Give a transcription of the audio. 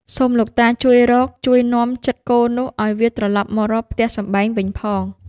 សូមលោកតាជួយរក ជួយនាំចិត្តគោនោះ ឲ្យវាត្រឡប់មករកផ្ទះសម្បែងវិញផង”